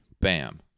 bam